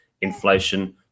inflation